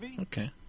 Okay